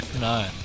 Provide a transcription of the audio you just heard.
No